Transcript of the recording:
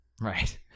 Right